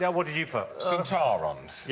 yeah what did you put? sontarans. yes.